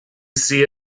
see